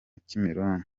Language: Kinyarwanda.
kimironko